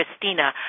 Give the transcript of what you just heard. Christina